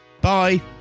bye